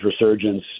resurgence